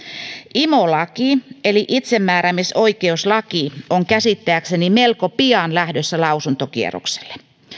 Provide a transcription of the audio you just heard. imo laki eli itsemääräämisoikeuslaki on käsittääkseni melko pian lähdössä lausuntokierrokselle